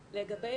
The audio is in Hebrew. לגבי,